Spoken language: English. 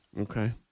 Okay